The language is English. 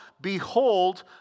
behold